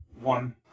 One